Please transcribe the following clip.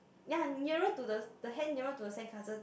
ya nearer to the the hand nearer to the sandcastle